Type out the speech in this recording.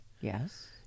Yes